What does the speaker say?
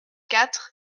quatre